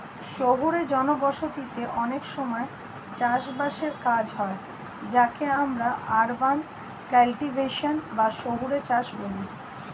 শহুরে জনবসতিতে অনেক সময় চাষ বাসের কাজ হয় যাকে আমরা আরবান কাল্টিভেশন বা শহুরে চাষ বলি